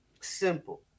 Simple